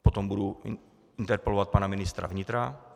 Potom budu interpelovat pana ministra vnitra.